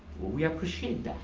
well we appreciate